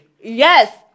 yes